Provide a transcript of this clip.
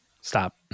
stop